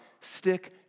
Stick